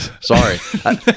Sorry